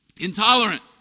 Intolerant